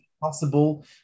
possible